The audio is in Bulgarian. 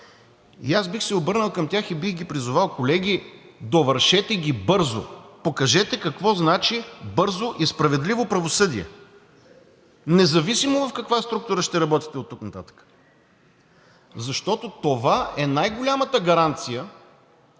Аз бих се обърнал към тях и бих ги призовал: колеги, довършете ги бързо, покажете какво значи бързо и справедливо правосъдие, независимо в каква структура ще работите оттук нататък, защото това е най-голямата гаранция